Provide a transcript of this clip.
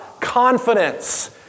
Confidence